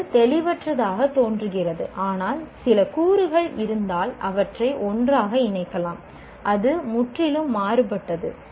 இது தெளிவற்றதாகத் தோன்றுகிறது ஆனால் சில கூறுகள் இருந்தால் அவற்றை ஒன்றாக இணைக்கலாம் அது முற்றிலும் மாறுபட்டது